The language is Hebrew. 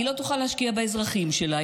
היא לא תוכל להשקיע באזרחים שלה,